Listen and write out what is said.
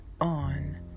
on